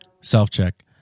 Self-check